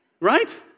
Right